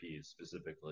specifically